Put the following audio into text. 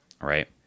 right